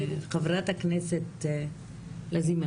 ח"כ לזימי,